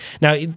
now